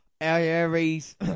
Aries